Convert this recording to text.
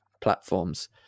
platforms